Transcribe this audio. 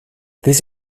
this